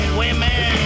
women